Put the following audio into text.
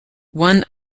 one